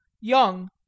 young